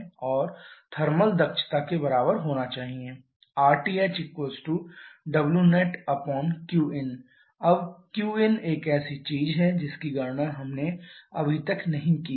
और थर्मल दक्षता के बराबर होना चाहिए rthwnetqin अब qin एक ऐसी चीज है जिसकी गणना हमने अभी तक नहीं की है